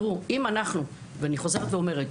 אני חוזרת ואומרת,